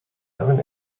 seven